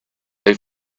they